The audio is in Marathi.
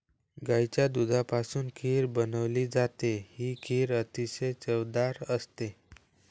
गाईच्या दुधापासून खीर बनवली जाते, ही खीर अतिशय चवदार असते